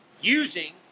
using